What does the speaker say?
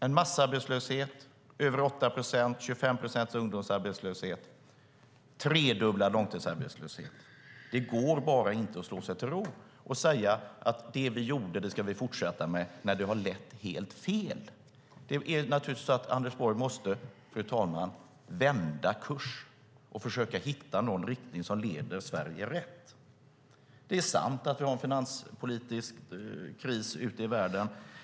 En massarbetslöshet på över 8 procent, en ungdomsarbetslöshet på 25 procent och en tredubblad långtidsarbetslöshet - det går bara inte att slå sig till ro och säga att det vi gjorde ska vi fortsätta med, när det har lett helt fel. Det är naturligtvis så, fru talman, att Anders Borg måste ändra kurs och försöka hitta någon riktning som leder Sverige rätt. Det är sant att vi har en finanspolitisk kris ute i världen.